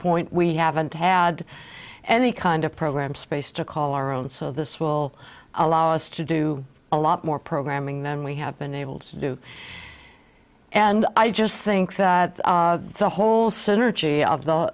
point we haven't had had any kind of program space to call our own so this will allow us to do a lot more programming then we have been able to do and i just think that the whole synergy of the